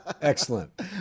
Excellent